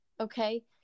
Okay